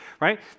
right